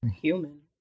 Human